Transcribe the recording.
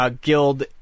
guild